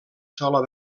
sola